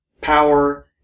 power